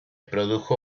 produjo